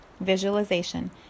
visualization